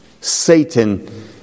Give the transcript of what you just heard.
Satan